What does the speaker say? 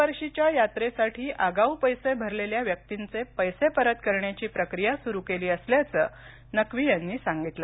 या वर्षीच्या यात्रेसाठी आगाऊ पैसे भरलेल्या व्यक्तींचे पैसे परत करण्याची प्रक्रिया सुरु केली असल्याचं नक्वी यांनी सांगितलं